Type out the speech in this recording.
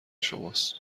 شماست